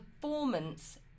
performance